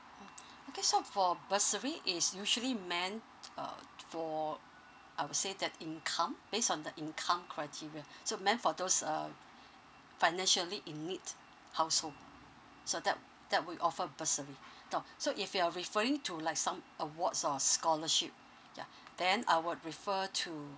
mm okay so for bursary is usually meant uh for I will say that income based on the income criteria so meant for those uh financially in need household so that that would offer bursary now so if you're referring to like some awards or scholarship yeah then I will refer to